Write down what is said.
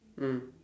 mm